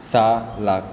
सहा लाख